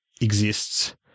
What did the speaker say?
exists